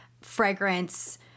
fragrance